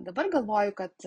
dabar galvoju kad